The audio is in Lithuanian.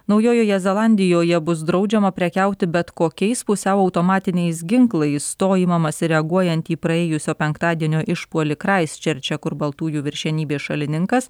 naujojoje zelandijoje bus draudžiama prekiauti bet kokiais pusiau automatiniais ginklais to imamasi reaguojant į praėjusio penktadienio išpuolį kraistčerče kur baltųjų viršenybės šalininkas